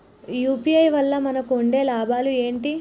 UPI వల్ల మనకు ఉండే లాభాలు ఏంటి?